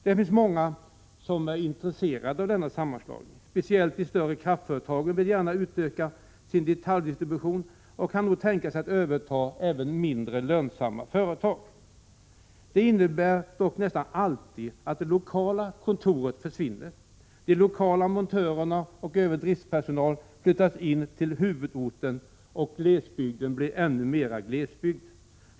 Det finns många som är intresserade av en sådan sammanslagning. Speciellt de större kraftföretagen vill gärna utöka sin detaljdistribution och kan nog tänka sig att överta även mindre lönsamma företag. Det innebär dock nästan alltid att det lokala kontoret försvinner. De lokala montörerna och övrig driftspersonal flyttas in till huvudorten, och glesbygden blir ännu mera glesbygd.